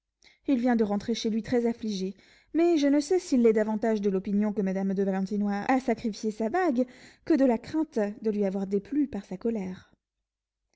il vient de rentrer chez lui très affligé mais je ne sais s'il l'est davantage de l'opinion que madame de valentinois a sacrifié sa bague que de la crainte de lui avoir déplu par sa colère